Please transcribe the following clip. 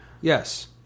Yes